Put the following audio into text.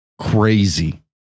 crazy